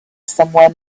somewhere